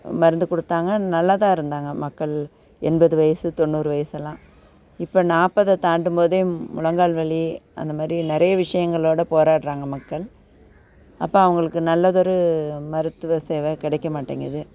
மருந்து கொடுத்தாங்க நல்லா தான் இருந்தாங்க மக்கள் எண்பது வயசு தொண்ணூறு வயசெல்லாம் இப்போ நாற்பத தாண்டும் போதே முழங்கால் வலி அந்த மாதிரி நிறைய விஷயங்களோட போராடுறாங்க மக்கள் அப்போ அவங்களுக்கு நல்லதொரு மருத்துவ சேவை கிடைக்க மாட்டேங்குது